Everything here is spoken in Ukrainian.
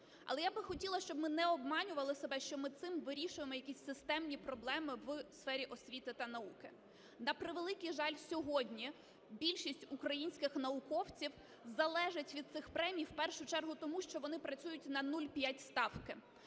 Але я би хотіла, щоб ми не обманювали себе, що ми цим вирішуємо якісь системні проблеми в сфері освіти та науки. На превеликий жаль, сьогодні більшість українських науковців залежать від цих премій в першу чергу тому, що вони працюють на 0,5 ставки,